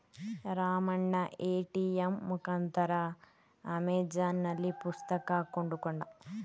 Ramanna ATM ಮುಖಾಂತರ ಅಮೆಜಾನ್ನಲ್ಲಿ ಪುಸ್ತಕ ಕೊಂಡುಕೊಂಡ